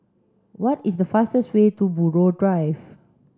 what is the fastest way to Buroh Drive